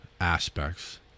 aspects